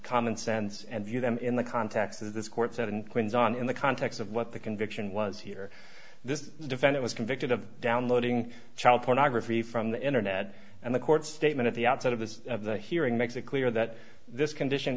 common sense and view them in the context of this court said and quinn's on in the context of what the conviction was here this is defend it was convicted of downloading child pornography from the internet and the court statement at the outset of this of the hearing makes it clear that this condition